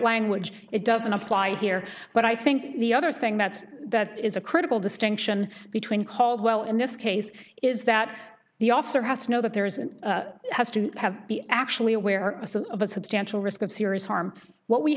language it doesn't apply here but i think the other thing that that is a critical distinction between caldwell in this case is that the officer who know that there isn't has to have be actually aware of a substantial risk of serious harm what we